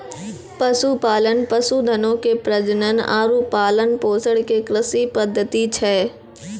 पशुपालन, पशुधनो के प्रजनन आरु पालन पोषण के कृषि पद्धति छै